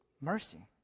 Mercy